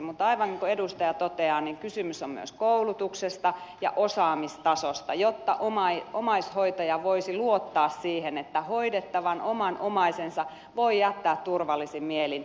mutta aivan niin kuin edustaja toteaa kysymys on myös koulutuksesta ja osaamistasosta jotta omaishoitaja voisi luottaa siihen että hoidettavan oman omaisensa voi jättää turvallisin mielin